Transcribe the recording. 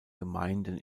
gemeinden